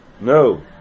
No